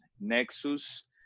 nexus